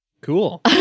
Cool